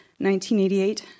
1988